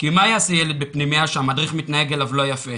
כי מה יעשה ילד בפנימייה שהמדריך מתנהג אליו לא יפה?